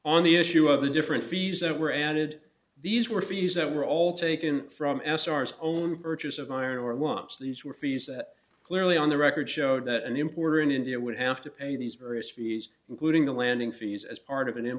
on the issue of the different fees that were added these were fees that were all taken from s r s only purchase of iron or watch these were fees that clearly on the record showed that an importer in india would have to pay these various fees including the landing fees as part of